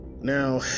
Now